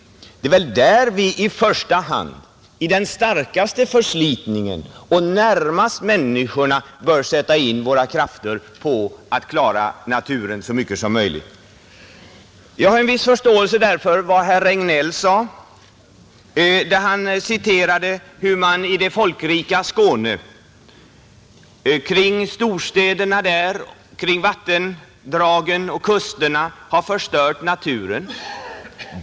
Det är i första hand i den starkaste förslitningen och närmast människorna vi bör sätta in våra krafter på att så mycket som möjligt klara naturen. Jag har alltså en viss förståelse för vad herr Regnéll sade om hur man i det folkrika Skåne kring storstäderna, kring vattendragen och längs kusterna har förstört naturen.